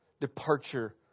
Departure